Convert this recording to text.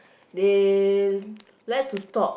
they like to talk